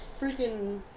freaking